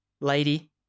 lady